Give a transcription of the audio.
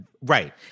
Right